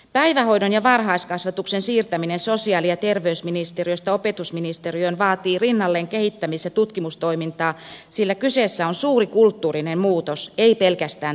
päivähoidon ja varhaiskasvatuksen siirtäminen sosiaali ja terveysministeriöstä opetusministeriöön vaatii rinnalleen kehittämis ja tutkimustoimintaa sillä kyseessä on suuri kulttuurinen muutos ei pelkästään tekninen